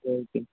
okay